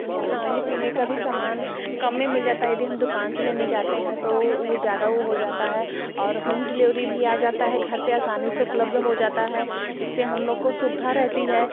खाने पीने का भी समान कम में मिल जाता है यदि हम दुकान से लेने जाते हैं तो वह ज़्यादा वह हो जाता है और होम डिलेवरी भी आ जाता है घर पर आसानी से उपलब्ध हो जाता है इससे हम लोग को सुविधा रहती है